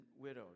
widowed